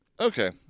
Okay